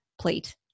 plate